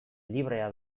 librea